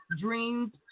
dreams